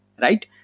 right